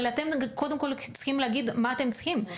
אבל אתם קודם כל צריכים להגיד מה אתם צריכים.